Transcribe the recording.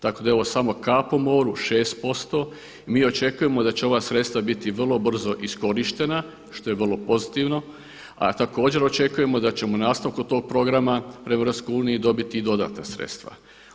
Tako da je ovo samo kap u moru 6% i mi očekujemo da će ova sredstva biti vrlo brzo iskorištena što je vrlo pozitivno, a također očekujemo da ćemo nastavkom tog programa u EU dobiti i dodatna sredstva.